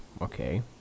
Okay